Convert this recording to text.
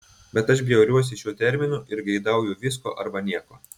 bet aš bjauriuosi šiuo terminu ir geidauju visko arba nieko